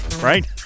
right